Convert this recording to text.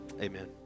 amen